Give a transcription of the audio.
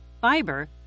fiber